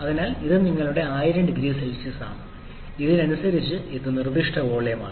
അതിനാൽ ഇത് നിങ്ങളുടെ 10000 സി ആണ് അതിനനുസരിച്ച് ഇത് നിർദ്ദിഷ്ട വോള്യമാണ്